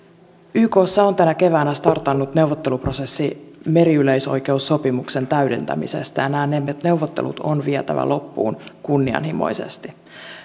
ykssa on tänä keväänä startannut neuvotteluprosessi meriyleisoikeussopimuksen täydentämisestä ja nämä neuvottelut on vietävä loppuun kunnianhimoisesti